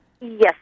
Yes